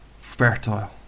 fertile